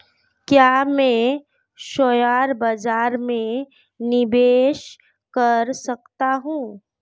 क्या मैं शेयर बाज़ार में निवेश कर सकता हूँ?